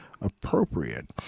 appropriate